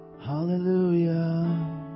Hallelujah